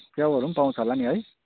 च्याउहरू पनि पाउँछ होला नि है